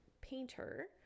painter